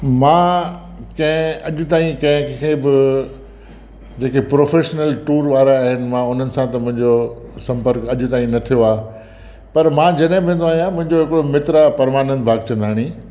मां कंहिं अॼु ताईं कंहिंखें बि जेके प्रोफेशनल टूर वारा आहिनि मां उन्हनि सां त मुंहिंजो संपर्क अॼु ताईं न थियो आहे पर मां जॾहिं बि वेंदो आहियां मुंहिंजो हिकु मित्र आहे परमानंद भागचंदाणी